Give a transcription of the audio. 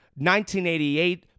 1988